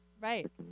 Right